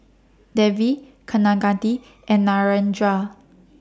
Devi Kaneganti and Narendra